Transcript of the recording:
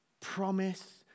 promise